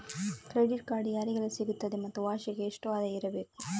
Credit card ಯಾರಿಗೆಲ್ಲ ಸಿಗುತ್ತದೆ ಮತ್ತು ವಾರ್ಷಿಕ ಎಷ್ಟು ಆದಾಯ ಇರಬೇಕು?